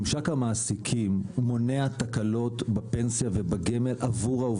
ממשק המעסיקים מונע תקלות בפנסיה ובגמל עבור העובדים.